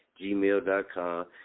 gmail.com